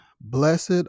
Blessed